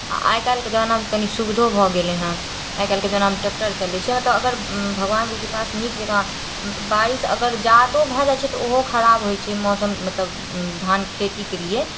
आओर आइकाल्हिके जमानामे तऽ कनि सुविधो भऽ गेलै हँ आइकाल्हिके जमानामे ट्रेक्टर चलै छै मतलब अगर भगवानके कृपासँ नीक जकाँ बारिश अगर जादो भए जाइ छै तऽ ओहो खराब होइ छै मौसम मतलब धान खेतीके लिए